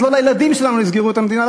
אז לא לילדים שלנו יסגרו את המדינה,